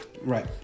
Right